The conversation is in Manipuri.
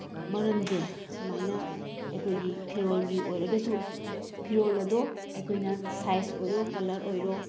ꯃꯔꯝꯁꯦ ꯁꯃꯥꯏꯅ ꯑꯩꯈꯣꯏꯒꯤ ꯐꯤꯔꯣꯜꯒꯤ ꯑꯣꯏꯔꯒꯁꯨ ꯐꯤꯔꯣꯜ ꯑꯗꯣ ꯑꯩꯈꯣꯏꯅ ꯁꯥꯏꯖ ꯑꯣꯏꯔꯣ ꯀꯂꯔ ꯑꯣꯏꯔꯣ